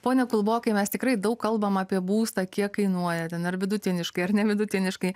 pone kulbokai mes tikrai daug kalbam apie būstą kiek kainuoja ten ar vidutiniškai ar ne vidutiniškai